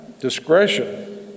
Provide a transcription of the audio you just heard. discretion